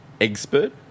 Expert